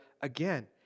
again